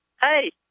Hey